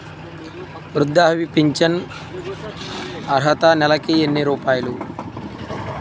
వృద్ధాప్య ఫింఛను అర్హత నెలకి ఎన్ని రూపాయలు?